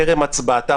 טרם הצבעתה,